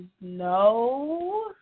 no